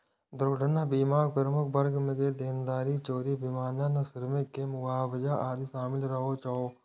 दुर्घटना बीमाक प्रमुख वर्ग मे देनदारी, चोरी, विमानन, श्रमिक के मुआवजा आदि शामिल रहै छै